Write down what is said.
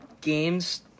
Games